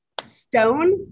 stone